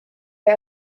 der